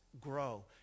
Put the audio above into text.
grow